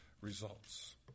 results